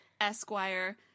Esquire